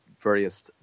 various